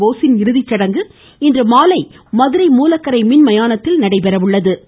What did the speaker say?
போஸின் இறுதிச்சடங்கு இன்று மாலை மதுரை மூலக்கரை மின்மயானத்தில் நடைபெறுகிறது